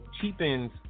cheapens